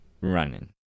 running